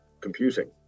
computing